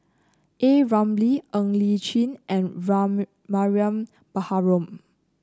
A Ramli Ng Li Chin and Mariam Baharom